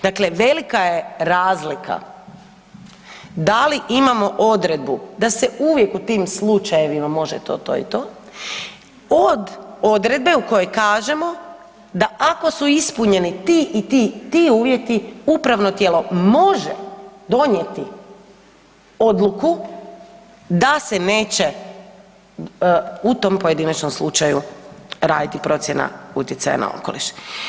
Dakle, velika je razlika da li imamo odredbu da se uvijek u tim slučajevima može to, to i to od odredbe u kojoj kažemo da ako su ispunjeni ti, ti i ti uvjeti upravno tijelo može donijeti odluku da se neće u tom pojedinačnom slučaju raditi procjena utjecaja na okoliš.